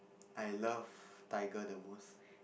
I love tiger the most